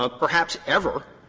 ah perhaps ever.